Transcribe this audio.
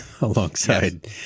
alongside